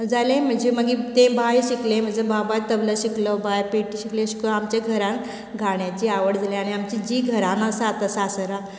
जाले म्हजे मागीर ते बाय शिकले म्हजो बाबा तबला शिकलो बाय पेटी शिकले अशें करून आमचे घरांत गाण्याची आवड जाली आनी आमची जी घरांत आसा आतां सासरा